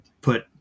put